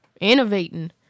innovating